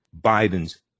Biden's